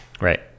Right